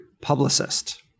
publicist